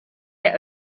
der